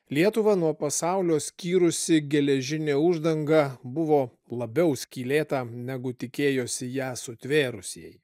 lietuvą nuo pasaulio skyrusi geležinė uždanga buvo labiau skylėta negu tikėjosi ją sutvėrusieji